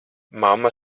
mamma